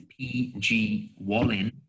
pgwallin